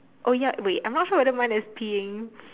oh ya wait I'm not sure whether mine is peeing